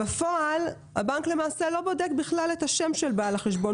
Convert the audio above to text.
בפועל הבנק למעשה לא בודק בכלל את השם של בעל החשבון.